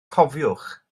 cofiwch